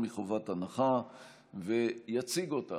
לא נראה כך.